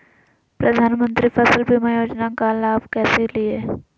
प्रधानमंत्री फसल बीमा योजना का लाभ कैसे लिये?